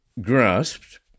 Grasped